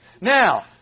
Now